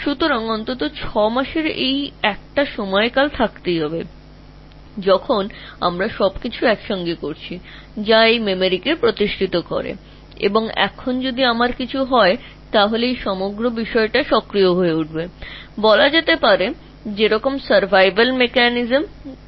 সুতরাং অবশ্যই 6 মাস সময়কাল হয়েছে যখন আমরা একসাথে এমন সবকিছু করেছি যা স্মৃতি স্থাপন করে এবং এখন যদি আমার সাথে কিছু ঘটে তখন পুরো জিনিসটি সক্রিয় হবে যেমন শুধু টিকে থাকার প্রক্রিয়া ঠিক তেমনই হতে পারে